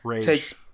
takes